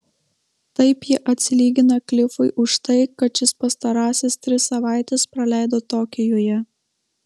taip ji atsilygina klifui už tai kad šis pastarąsias tris savaites praleido tokijuje